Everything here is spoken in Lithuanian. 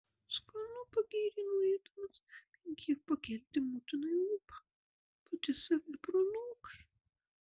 skanu pagyrė norėdamas bent kiek pakelti motinai ūpą pati save pranokai